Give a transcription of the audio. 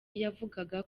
yavugaga